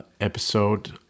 episode